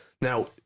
Now